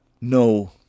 no